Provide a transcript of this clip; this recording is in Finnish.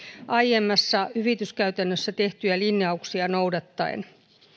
aiemmassa hyvityskäytännössä tehtyjä linjauksia noudattaen